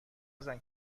نزن